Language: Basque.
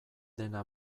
dena